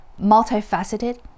multifaceted